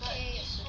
okay